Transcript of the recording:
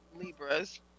Libras